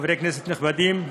חברי כנסת נכבדים,